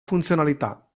funzionalità